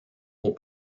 aux